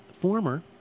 former